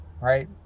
right